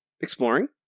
exploring